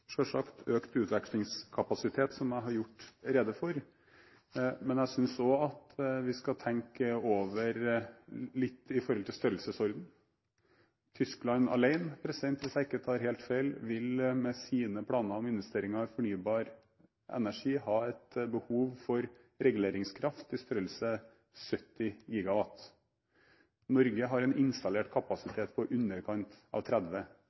økt utvekslingskapasitet, som jeg har gjort rede for, men jeg synes vi skal tenke over – litt i forhold til størrelse – at Tyskland alene, hvis jeg ikke tar helt feil, med sine planer om investeringer i fornybar energi vil ha et behov for reguleringskraft i størrelsesorden 70 GW. Norge har en installert kapasitet på i underkant av 30